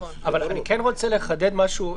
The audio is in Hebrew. אני רוצה לחדד משהו.